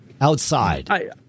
Outside